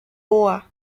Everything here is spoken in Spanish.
boa